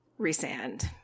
Resand